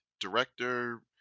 director